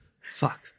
Fuck